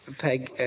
Peg